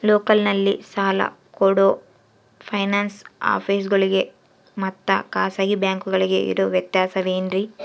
ಲೋಕಲ್ನಲ್ಲಿ ಸಾಲ ಕೊಡೋ ಫೈನಾನ್ಸ್ ಆಫೇಸುಗಳಿಗೆ ಮತ್ತಾ ಖಾಸಗಿ ಬ್ಯಾಂಕುಗಳಿಗೆ ಇರೋ ವ್ಯತ್ಯಾಸವೇನ್ರಿ?